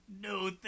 No